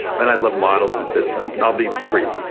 and i love models and systems. and i'll be brief.